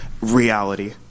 reality